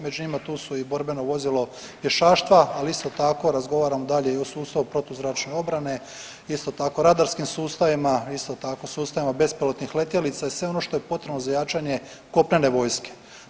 Među njima tu su i borbeno vozilo pješaštva, ali isto tako razgovaram dalje i o sustavu protuzračne obrane, isto tako radarskim sustavima, isto tako sustavima bespilotnih letjelica i sve ono što je potrebno za jačanje kopnene vojske.